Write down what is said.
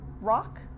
rock